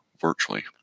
virtually